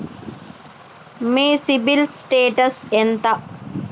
మీ CIBIL status ఎంత?